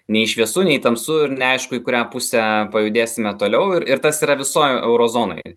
nei šviesu nei tamsu ir neaišku į kurią pusę pajudėsime toliau ir ir tas yra visoj euro zonoj